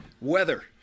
weather